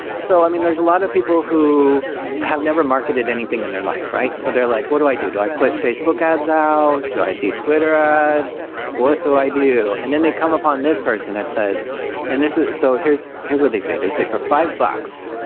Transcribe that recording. so i mean there's a lot of people who have never marketed anything in their life, right? so they're like, what do i do? do i put facebook ads out? do i do twitter ads? what do i do? and then they come upon this person that says and ah so here's here's what they say. they say, for five bucks,